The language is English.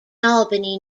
albany